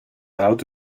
out